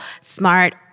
smart